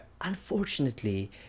unfortunately